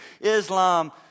Islam